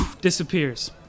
disappears